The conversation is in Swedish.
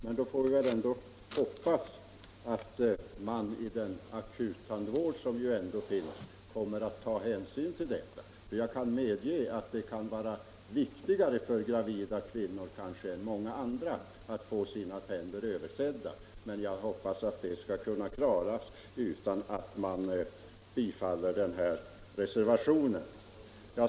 Men då skall vi väl hoppas att man i den akuta vård vi har kommer att ta hänsyn till detta. Jag kan medge att det kanske kan vara viktigare för gravida kvinnor än för många andra att få sina tänder översedda. Men den saken skall väl kunna klaras utan att vi därför bifaller reservationen 3.